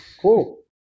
Cool